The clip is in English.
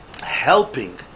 helping